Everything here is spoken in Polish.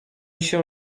się